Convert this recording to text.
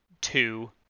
two